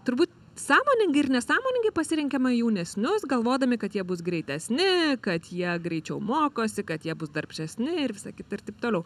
turbūt sąmoningai ir nesąmoningai pasirenkame jaunesnius galvodami kad jie bus greitesni kad jie greičiau mokosi kad jie bus darbštesni ir visa kita ir taip toliau